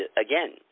again